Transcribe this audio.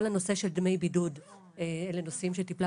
כל הנושא של דמי בידוד - אלה נושאים שטיפלה